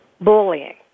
bullying